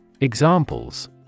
Examples